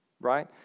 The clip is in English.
right